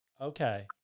Okay